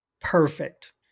perfect